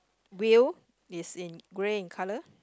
wheel is in grey in colour